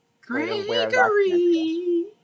Gregory